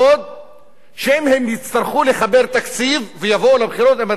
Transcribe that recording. ואם הם יצטרכו לחבר תקציב ויבואו לבחירות עם התקציב שהם יחברו,